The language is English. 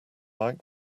like